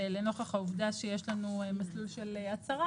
ולנוכח העובדה שיש לנו מסלול של הצהרה,